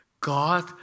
God